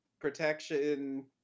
protection